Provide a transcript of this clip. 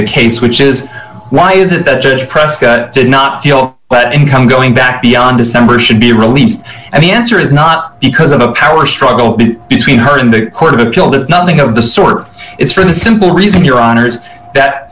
the case which is why is it that judge press that did not feel but income going back beyond december should be released and the answer is not because of a power struggle between her and the court of appeal to nothing of the sort it's for the simple reason your honour's that